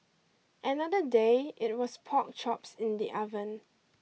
another day it was pork chops in the oven